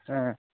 অঁ